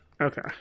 Okay